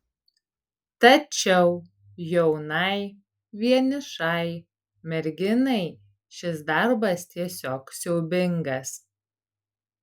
tačiau jaunai vienišai merginai šis darbas tiesiog siaubingas